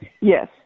Yes